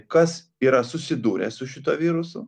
kas yra susidūręs su šituo virusu